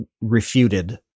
refuted